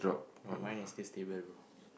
oh mine is this table bro